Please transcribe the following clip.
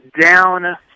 down